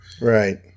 Right